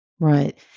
Right